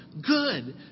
good